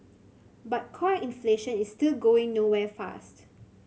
but core inflation is still going nowhere fast